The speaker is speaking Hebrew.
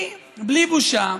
היא, בלי בושה,